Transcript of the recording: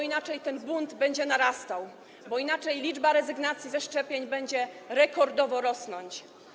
Inaczej ten bunt będzie narastał, inaczej liczba rezygnacji ze szczepień będzie rekordowo rosnąć.